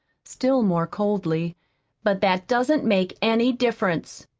still more coldly but that doesn't make any difference.